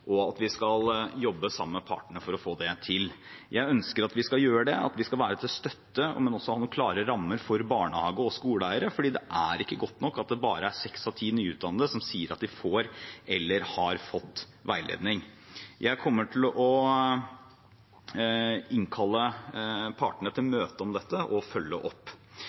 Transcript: og at vi skal jobbe sammen med partene for å få det til. Jeg ønsker at vi skal gjøre det, at vi skal være til støtte, men også ha noen klare rammer for barnehage- og skoleeiere, for det er ikke godt nok at det bare er seks av ti nyutdannede som sier at de får eller har fått veiledning. Jeg kommer til å innkalle partene til møte om dette og følge det opp.